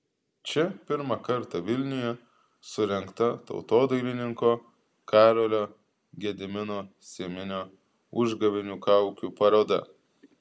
čia pirmą kartą vilniuje surengta tautodailininko karolio gedimino cieminio užgavėnių kaukių paroda